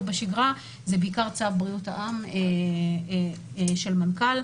בשגרה הם בעיקר צו בריאות העם של מנכ"ל,